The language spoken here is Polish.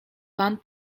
pan